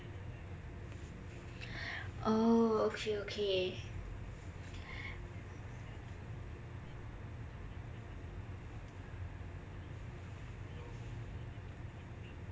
oh okay okay